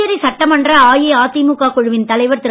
புதுச்சேரி சட்டமன்ற அஇஅதிமுக குழுவின் தலைவர் திரு